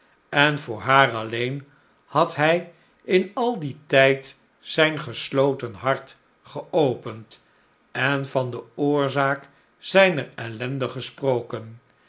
en voor haar alleen had hij in al dien tijd zijn gesloten hart geopend en van de oorzaak zijner ellende gesproken